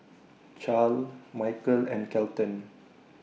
Charle Mykel and Kelton